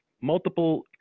multiple